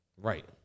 Right